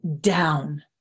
down